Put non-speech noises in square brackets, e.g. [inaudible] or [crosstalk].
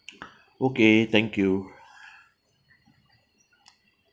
[noise] okay thank you